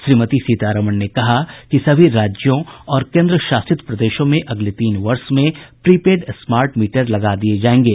श्रीमती सीतारमण ने कहा कि सभी राज्यों और केंद्र शासित प्रदेशों में अगले तीन वर्ष में प्री पेड स्मार्ट मीटर लगा दिए जाएंगे